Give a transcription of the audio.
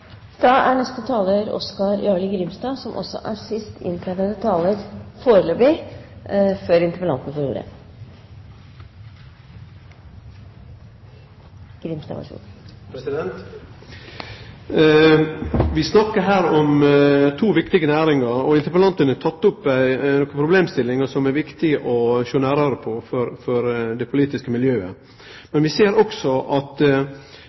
Vi snakkar her om to viktige næringar, og interpellanten har teke opp ei problemstilling som det er viktig å sjå nærare på for det politiske miljøet. Men vi ser også at